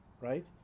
right